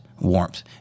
warmth